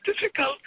difficult